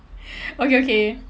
okay okay